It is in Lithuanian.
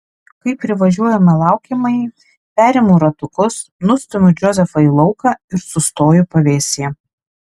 kai privažiuojame laukiamąjį perimu ratukus nustumiu džozefą į lauką ir sustoju pavėsyje